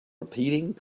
repeating